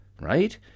right